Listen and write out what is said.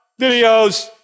videos